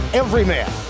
everyman